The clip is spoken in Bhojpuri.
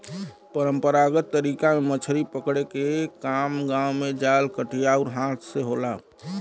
परंपरागत तरीका में मछरी पकड़े के काम गांव में जाल, कटिया आउर हाथ से होला